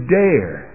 dare